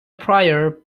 prior